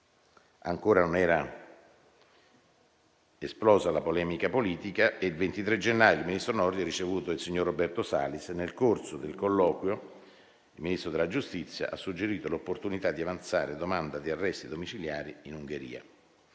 Ancora non era esplosa la polemica politica e il 23 gennaio il ministro Nordio ha ricevuto il signor Roberto Salis. Nel corso del colloquio, il Ministro della giustizia ha suggerito l'opportunità di avanzare domanda di arresti domiciliari in Ungheria.